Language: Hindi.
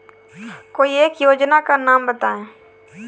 कोई एक योजना का नाम बताएँ?